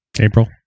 April